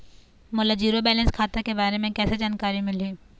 मोला zero balance खाता के बारे म कैसे जानकारी मिलही?